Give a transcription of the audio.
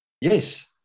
Yes